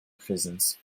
prisons